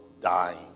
dying